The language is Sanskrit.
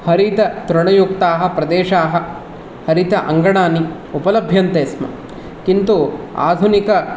हरिततृणयुक्ताः प्रदेशाः हरित अङ्गणानि उपलभ्यन्ते स्म किन्तु आधुनिक